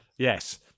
Yes